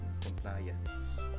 compliance